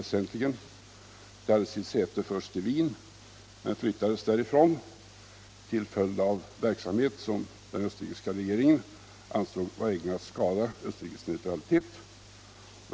Det hade förut sitt säte i Wien men flyttades därifrån till följd av verksamhet som den österrikiska regeringen ansåg vara ägnad att skada Österrikes neutralitet.